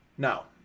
Now